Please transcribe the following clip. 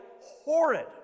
horrid